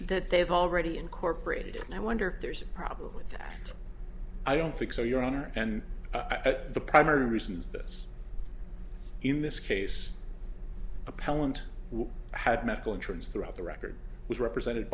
that they've already incorporated it and i wonder if there's a problem with that i don't think so your honor and the primary reason is this in this case appellant who had medical insurance throughout the record was represented